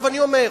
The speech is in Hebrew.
אני אומר: